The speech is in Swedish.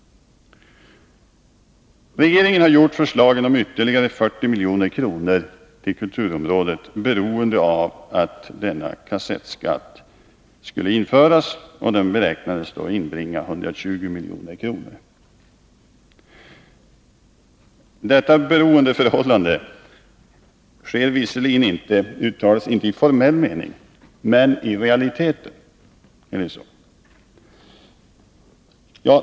Regeringen har gjort förslaget om ytterligare 40 milj.kr. till kulturområdet beroende av att den kassettskatt som beräknas inbringa 120 milj.kr. införes. Detta beroendeförhållande blir visserligen inte resultatet i formell mening — men i realiteten.